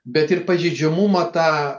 bet ir pažeidžiamumą tą